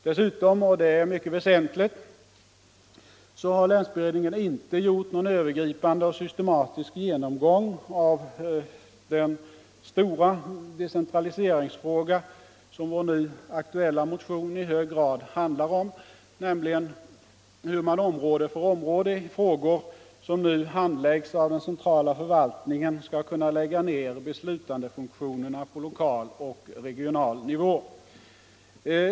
Dessutom -— och det är mycket väsentligt — har länsberedningen inte gjort någon övergripande och systematisk genomgång av den stora decentraliseringsfråga som vår nu aktuella motion i hög grad handlar om, nämligen hur man område för område i frågor som i dag handläggs av den centrala förvaltningen skall kunna flytta ner beslutandefunktionerna på lokal och regional nivå.